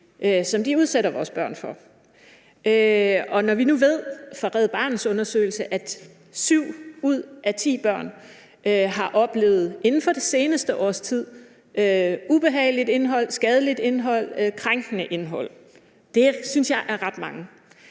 som de udsætter vores børn for. Når vi nu ved fra Red Barnets undersøgelse, at syv ud af ti børn inden for det seneste års tid har oplevet ubehageligt indhold, skadeligt indhold, krænkende indhold, så synes jeg det er ret mange.